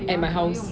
at my house